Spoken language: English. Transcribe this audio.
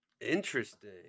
interesting